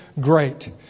great